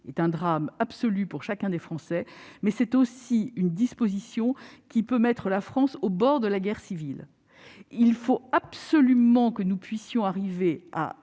est un drame absolu pour chacun des Français, mais c'est aussi un incident qui peut mettre la France au bord de la guerre civile. Il faut absolument que nous puissions arriver à